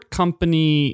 company